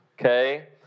okay